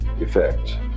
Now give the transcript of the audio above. effect